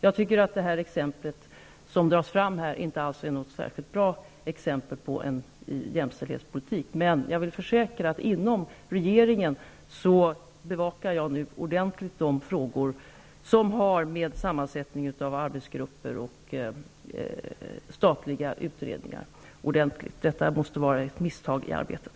Jag tycker att det exempel som här dras fram inte är ett särskilt bra exempel på jämställdhetspolitik. Men jag vill försäkra att jag inom regeringen nu ordentligt bevakar de frågor som har med sammansättningen av arbetsgrupper och statliga utredningar att göra. Detta måste vara ett misstag i arbetet.